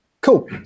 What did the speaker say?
Cool